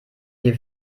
hier